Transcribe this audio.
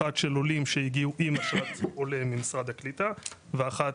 אחת של עולים שהגיעו עם אשרת עולה ממשרד העלייה והקליטה ואחת